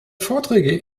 vorträge